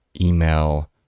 email